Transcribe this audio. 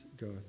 God